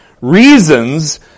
reasons